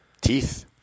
teeth